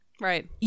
Right